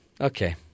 Okay